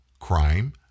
crime